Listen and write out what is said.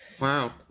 Wow